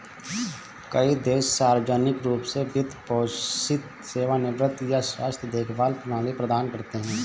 कई देश सार्वजनिक रूप से वित्त पोषित सेवानिवृत्ति या स्वास्थ्य देखभाल प्रणाली प्रदान करते है